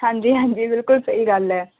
ਹਾਂਜੀ ਹਾਂਜੀ ਬਿਲਕੁਲ ਸਹੀ ਗੱਲ ਐ